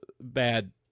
bad